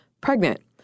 pregnant